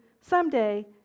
someday